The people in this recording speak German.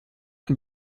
und